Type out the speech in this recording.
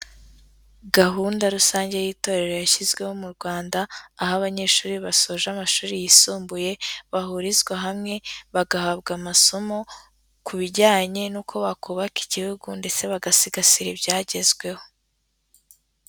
Gahunda rusange y'itorero yashyizweho mu Rwanda, aho abanyeshuri basoje amashuri yisumbuye bahurizwa hamwe bagahabwa amasomo ku bijyanye n'uko bakubaka igihugu ndetse bagasigasira ibyagezweho.